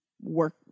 work